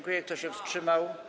Kto się wstrzymał?